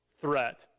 threat